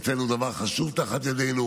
הוצאנו דבר חשוב תחת ידנו.